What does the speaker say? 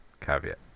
caveat